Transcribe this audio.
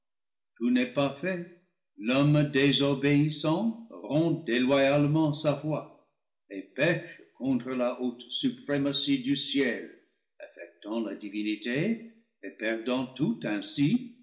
tout n'est pas fait l'homme désobéissant rompt déloyalement sa foi et pèche contre la haute supré matie du ciel affectant la divinité et perdant tout ainsi